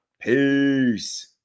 Peace